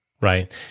right